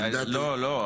לא, לא.